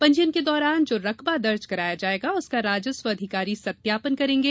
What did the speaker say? पंजीयन के दौरान जो रकबा दर्ज कराया जायेगा उसका राजस्व अधिकारी सत्यापन करेंगे